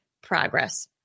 progress